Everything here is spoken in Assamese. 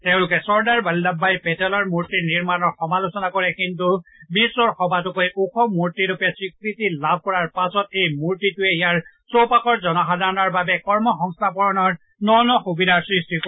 তেওঁলোকে চৰ্দাৰ বল্লভভাই পেটেলৰ মূৰ্তি নিৰ্মণৰ সমালোচনা কৰে কিন্তু বিশ্বৰ সবাতোকৈ ওখ মূৰ্তি ৰূপে স্বীকৃতি লাভ কৰাৰ পাছত এই মূৰ্তিটোৱে ইয়াৰ চৌপাশৰ জনসাধাৰণৰ বাবে কৰ্মসংস্থাপনৰ ন ন সুবিধা সৃষ্টি কৰিব